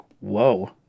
whoa